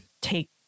take